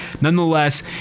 nonetheless